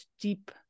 deep